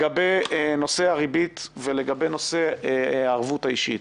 בעניין הריבית והערבות האישית,